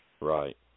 Right